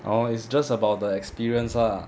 orh it's just about the experience lah